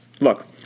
look